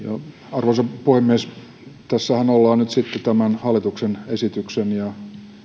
arvoisa puhemies tässähän ollaan nyt sitten tämän hallituksen esityksen